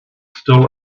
still